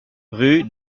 rue